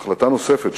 החלטה נוספת,